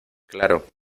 claro